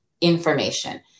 information